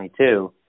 2022